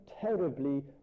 terribly